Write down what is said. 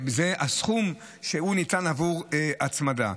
זה הסכום שניתן עבור הצמדה.